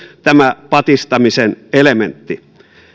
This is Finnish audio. tämä patistamisen elementti